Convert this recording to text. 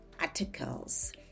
articles